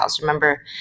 Remember